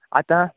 आतां